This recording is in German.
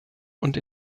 und